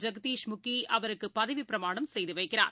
ஜகதீஷ்முகிஅவருக்குபதவிப் பிரமாணம் செய்துவைக்கிறார்